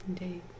Indeed